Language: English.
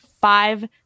Five